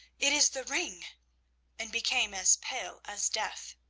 it is the ring and became as pale as death.